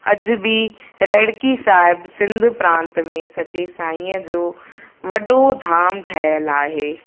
अॼु बि रुड़की साहिब सिंध प्रांत में सच्चे साईअ जो वॾो धाम ठहियल आहे